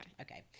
okay